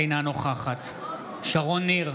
אינה נוכחת שרון ניר,